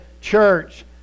Church